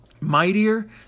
mightier